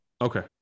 Okay